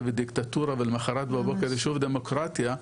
היא דיקטטורה ולמחרת בבוקר היא שוב דמוקרטיה,